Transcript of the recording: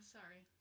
Sorry